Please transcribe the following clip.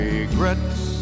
Regrets